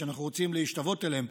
שאנחנו רוצים להשתוות אליהן,